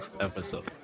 episode